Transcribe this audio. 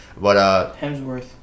Hemsworth